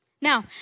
Now